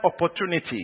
opportunity